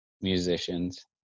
musicians